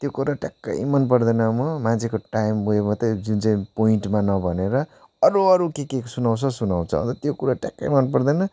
त्यो कुरा ट्याक्कै मनपर्दैन म मान्छेको टाइम उयो मात्रै जुन चाहिँ पोइन्टमा नभनेर अरू अरू के के सुनाउँछ सुनाउँछ अन्त त्यो कुरा ट्याक्कै मनपर्दैन